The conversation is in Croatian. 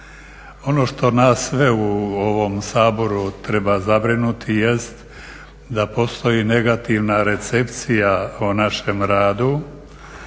Ono što nas sve u ovom Saboru treba zabrinuti jest da postoji negativna percepcija o našem radu